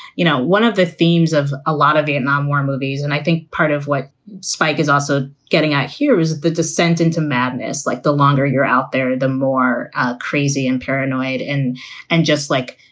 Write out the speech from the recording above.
you know, one of the themes of a lot of vietnam war movies, and i think part of what spike is also getting out here is the descent into madness. like, the longer you're out there, the more ah crazy and paranoid and and just, like,